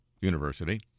University